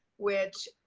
which